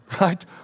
right